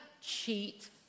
cheat